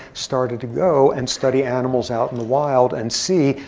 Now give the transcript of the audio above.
started to go and study animals out in the wild and see,